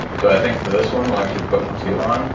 so i think for this one we'll actually put two on.